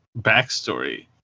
backstory